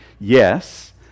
Yes